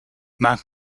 maak